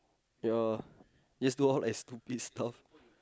ya just do all like stupid stuff